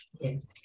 yes